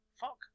Fuck